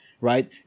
right